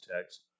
text